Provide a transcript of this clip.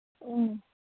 ꯎꯝ